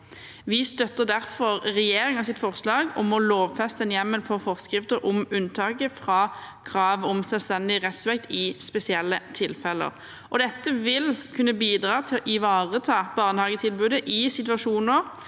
Vi støtter derfor regjeringens forslag om å lovfeste en hjemmel for forskrifter om unntak fra kravet om selvstendig rettssubjekt i spesielle tilfeller. Dette vil kunne bidra til å ivareta barnehagetilbudet i situasjoner